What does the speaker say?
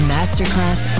Masterclass